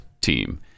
team